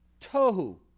Tohu